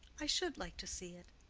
i should like to see it.